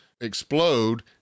explode